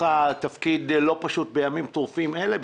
פשוט בימים טרופים אלה.